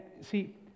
see